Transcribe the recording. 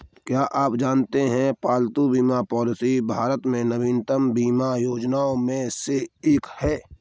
क्या आप जानते है पालतू बीमा पॉलिसी भारत में नवीनतम बीमा योजनाओं में से एक है?